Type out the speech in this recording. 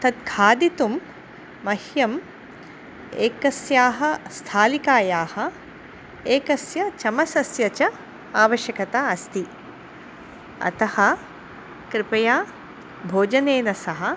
तत् खादितुं मह्यम् एकस्याः स्थालिकायाः एकस्य चमसस्य च आवश्यकता अस्ति अतः कृपया भोजनेन सह